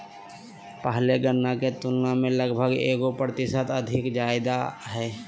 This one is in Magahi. पहले गणना के तुलना में लगभग एगो प्रतिशत अधिक ज्यादा हइ